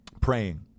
Praying